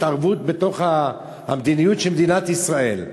זו התערבות בתוך המדיניות של מדינת ישראל.